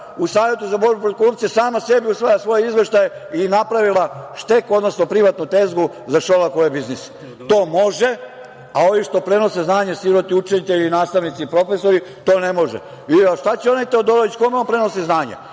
u Savetu za borbu protiv korupcije sama sebi usvaja svoje izveštaje i napravila je štek, odnosno privatnu tezgu za Šolakove biznise. To može, a ovi što prenose znanje, siroti učitelji, nastavnici i profesori, to ne može. Šta će onaj Teodorović? Kome on prenosi znanje? On